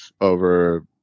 over